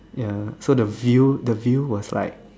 ya so the view the view was like